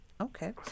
Okay